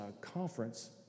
conference